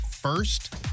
first